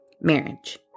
marriage